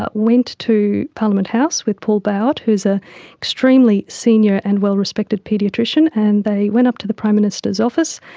ah went to parliament house with paul bauert who is an ah extremely senior and well respected paediatrician, and they went up to the prime minister's office,